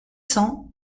cents